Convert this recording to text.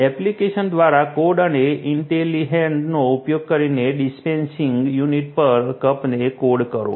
application દ્વારા code અને ઇન્ટેલિહેડનો ઉપયોગ કરીને ડિસ્પેન્સિંગ યુનિટ પર કપને ડોક કરો